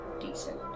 Decent